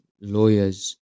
lawyers